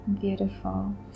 beautiful